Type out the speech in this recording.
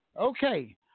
Okay